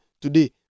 today